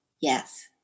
yes